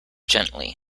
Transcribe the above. gently